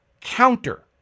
counter